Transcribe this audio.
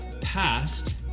past